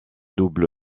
double